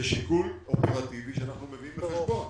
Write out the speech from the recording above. זה שיקול אופרטיבי שאנחנו מביאים בחשבון.